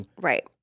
Right